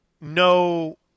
no